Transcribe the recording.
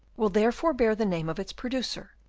will therefore bear the name of its producer,